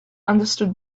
understood